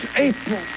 April